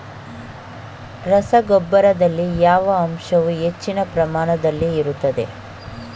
ರಸಗೊಬ್ಬರದಲ್ಲಿ ಯಾವ ಅಂಶವು ಹೆಚ್ಚಿನ ಪ್ರಮಾಣದಲ್ಲಿ ಇರುತ್ತದೆ?